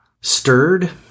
stirred